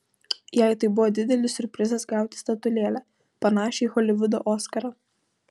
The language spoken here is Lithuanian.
jai tai buvo didelis siurprizas gauti statulėlę panašią į holivudo oskarą